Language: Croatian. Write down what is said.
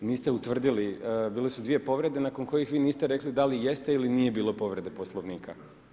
Niste utvrdili, bile su dvije povrede nakon kojih vi niste rekli da li jeste ili nije bilo povrede Poslovnika.